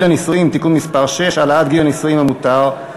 הנישואין (תיקון מס' 6) (העלאת גיל הנישואין המותר),